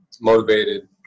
motivated